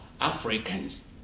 Africans